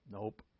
Nope